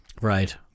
right